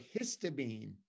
histamine